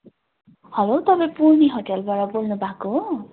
hello तपाईँ पूर्णी होटेलबाट बोल्नु भएको हो